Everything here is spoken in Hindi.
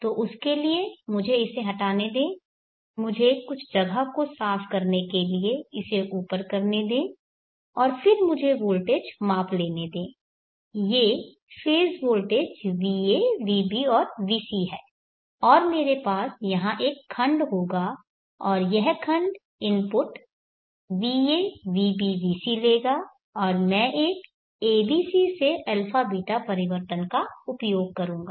तो उसके लिए मुझे इसे हटाने दे मुझे कुछ जगह को साफ करने के लिए इसे ऊपर करने दे और फिर मुझे वोल्टेज माप लेने दे ये फेज़ वोल्टेज va vb और vc हैं और मेरे पास यहां एक खंड होगा और यह खंड इनपुट va vb vc लेगा और मैं एक abc से αß परिवर्तन का उपयोग करूंगा